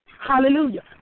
Hallelujah